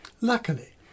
Luckily